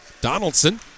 Donaldson